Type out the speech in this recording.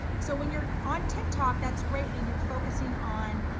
so when you're on tik tok, that's great and you're focusing on